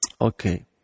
Okay